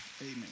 Amen